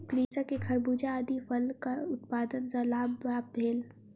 कृषक के खरबूजा आदि फलक उत्पादन सॅ लाभ प्राप्त भेल